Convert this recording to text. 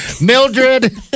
Mildred